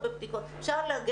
אפשר לעשות הצרחות בבדיקות,